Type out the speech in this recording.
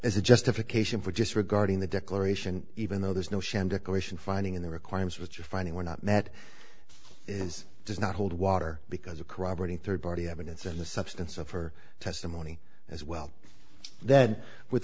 as a justification for just regarding the declaration even though there's no sham decoration finding in the requirements which are funny were not met is does not hold water because of corroborating third party evidence and the substance of her testimony as well then with